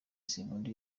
sinkunda